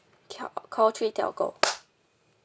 ca~ call three telco